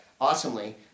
awesomely